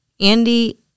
andy